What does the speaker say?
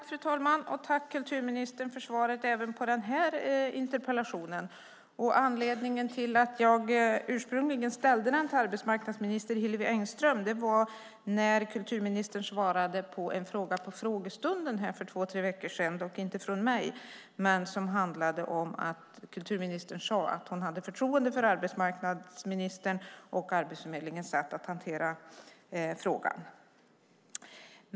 Fru talman! Jag tackar kulturministern för svaret på interpellationen. Anledningen till att jag ursprungligen ställde interpellationen till arbetsmarknadsminister Hillevi Engström var att kulturministern vid frågestunden för två tre veckor sedan svarade på en fråga, dock inte från mig, där kulturministern sade att hon hade förtroende för arbetsmarknadsministern och Arbetsförmedlingens sätt att hantera frågan.